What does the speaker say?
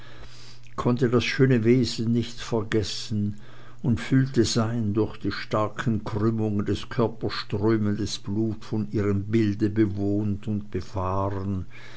konnte das schöne wesen nicht vergessen und fühlte sein stark durch die krümmungen seines körpers strömendes blut von ihrem bilde bewohnt und befahren